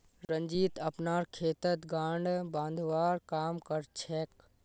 रंजीत अपनार खेतत गांठ बांधवार काम कर छेक